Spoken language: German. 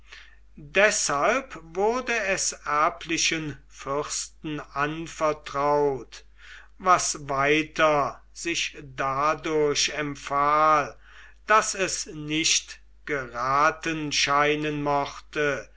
deshalb wurde es erblichen fürsten anvertraut was weiter sich dadurch empfahl daß es nicht geraten scheinen mochte